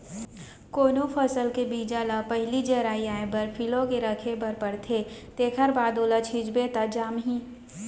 कोनो फसल के बीजा ल पहिली जरई आए बर फिलो के राखे बर परथे तेखर बाद ओला छिंचबे त जामही